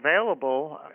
available